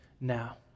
now